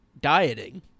dieting